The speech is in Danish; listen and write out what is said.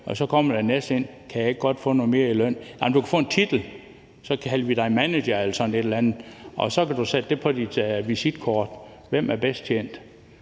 så kommer den næste ind: Kan jeg ikke godt få noget mere løn? Nej, men du kan få en titel; så kalder vi dig manager eller sådan et eller andet, og så kan du sætte det på dit visitkort. Hvem er bedst tjent?